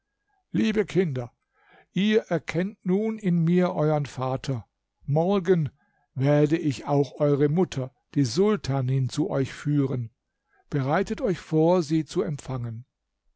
liebe kinder ihr erkennt nun in mir euern vater morgen werde ich auch eure mutter die sultanin zu euch führen bereitet euch vor sie zu empfangen